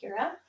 Kira